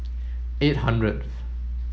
eight hundred